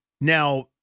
Now